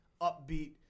upbeat